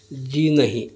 جی نہیں